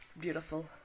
Beautiful